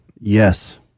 Yes